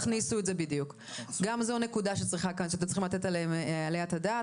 גם זאת נקודה שאתם צריכים לתת עליה את הדעת.